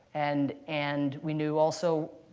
and and we knew also